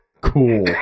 cool